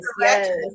yes